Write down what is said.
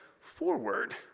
forward